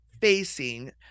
facing